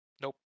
Nope